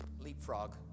leapfrog